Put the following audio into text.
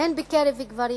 הן בקרב גברים